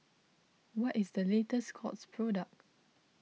what is the latest Scott's product